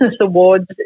awards